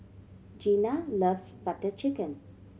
Gina loves Butter Chicken